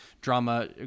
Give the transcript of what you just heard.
drama